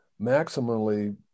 maximally